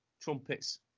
trumpets